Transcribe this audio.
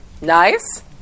Nice